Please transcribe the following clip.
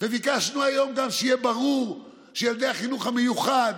וביקשנו היום גם שיהיה ברור שילדי החינוך המיוחד,